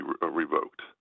revoked